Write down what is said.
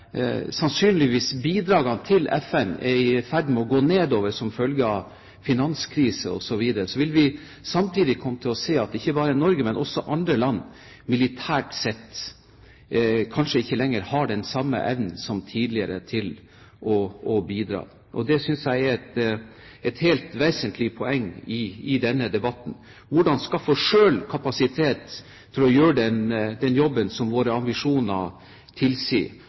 til FN sannsynligvis er i ferd med å avta, som følge av finanskrise osv., vil vi samtidig komme til å se at ikke bare Norge, men også andre land militært sett kanskje ikke lenger har den samme evnen som tidligere til å bidra. Det synes jeg er et helt vesentlig poeng i denne debatten. Hvordan skaffe oss selv kapasitet til å gjøre den jobben som våre ambisjoner tilsier,